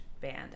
band